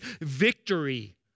victory